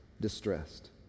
distressed